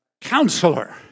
Counselor